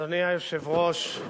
אדוני היושב-ראש,